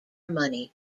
money